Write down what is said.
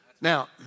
Now